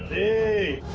a